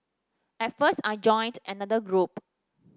at first I joined another group